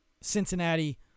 Cincinnati